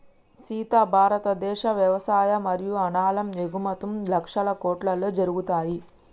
సీత భారతదేశ వ్యవసాయ మరియు అనాలం ఎగుమతుం లక్షల కోట్లలో జరుగుతాయి